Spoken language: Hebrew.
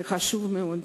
זה חשוב מאוד.